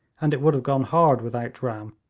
and it would have gone hard with outram,